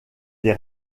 des